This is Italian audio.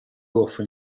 goffo